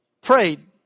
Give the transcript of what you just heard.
Prayed